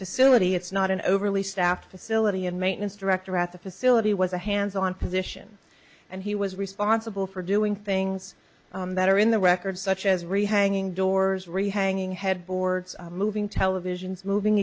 facility it's not an overly staffed facility and maintenance director at the facility was a hands on position and he was responsible for doing things that are in the record such as rehanging doors rehanging headboards moving televisions moving